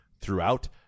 throughout